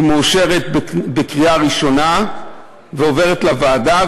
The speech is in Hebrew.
היא מאושרת בקריאה ראשונה ועוברת לוועדה.